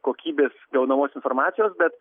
kokybės gaunamos informacijos bet